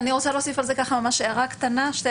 אני רוצה להוסיף על זה שתי הערות קטנות,